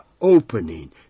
opening